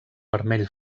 vermell